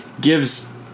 gives